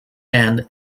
and